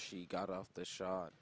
she got off the shot